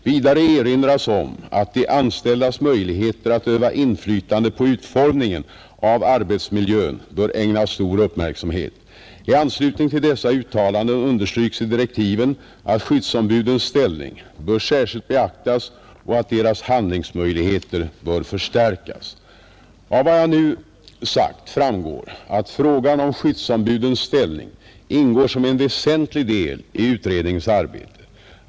Vidare erinras om att de anställdas möjligheter att öva inflytande på utformningen av arbetsmiljön bör ägnas stor uppmärksamhet. I anslutning till dessa uttalanden understryks i direktiven att skyddsombudens ställning bör särskilt beaktas och att deras handlingsmöjligheter bör förstärkas. Av vad jag nu sagt framgår att frågan om skyddsombudens ställning ingår som en väsentlig del i utredningens arbete.